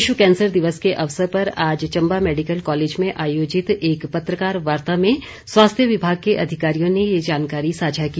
विश्व कैंसर दिवस के अवसर पर आज चंबा मैडिकल कॉलेज में आयोजित एक पत्रकार वार्ता में स्वास्थ्य विभाग के अधिकारियों ने ये जानकारी साझा की